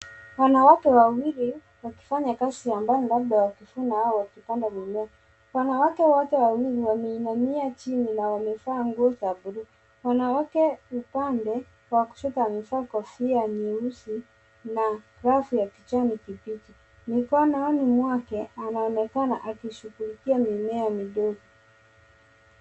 Wanawake wawili wakifanya kazi shambani labda wakivuna au wakipanda mimea. Wanawake wote wawili wameinamia chini na wamevaa nguo za buluu. Mwanamke upande wa kushoto amevaa kofia nyeusi na glavu ya kijani kibichi. Mikononi mwake anaonekana akishughulikia mimea midogo.